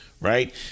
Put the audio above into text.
right